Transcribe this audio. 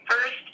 first